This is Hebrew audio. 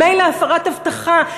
מילא הפרת הבטחה,